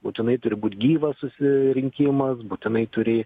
būtinai turi būt gyvas susirinkimas būtinai turi